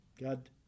God